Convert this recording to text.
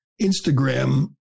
Instagram